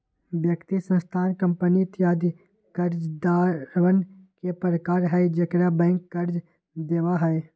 व्यक्ति, संस्थान, कंपनी इत्यादि कर्जदारवन के प्रकार हई जेकरा बैंक कर्ज देवा हई